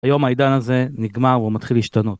היום העידן הזה נגמר, והוא מתחיל להשתנות.